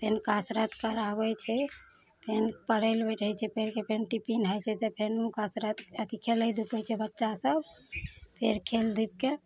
फेर कसरत कराबै छै फेर पढ़ै लए बैठै छै पढ़िके फेर टिफिन होइ छै तऽ फेरो कसरत अथी खेलै धुपै छै बच्चा सब फेर खेल धूपिके